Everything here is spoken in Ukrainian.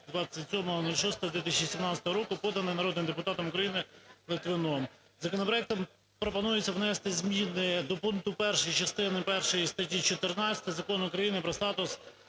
27.06.2017 р.) (поданий народним депутатом України Литвином). Законопроектом пропонується внести зміни до пункту 1 частини першої статті 14 Закону України "Про статус